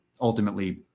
ultimately